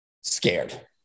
scared